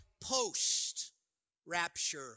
post-rapture